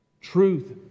Truth